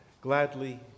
gladly